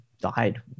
died